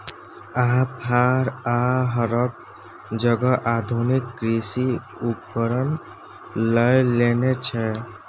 आब फार आ हरक जगह आधुनिक कृषि उपकरण लए लेने छै